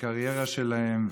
הקריירה שלהם,